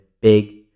big